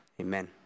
Amen